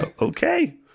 Okay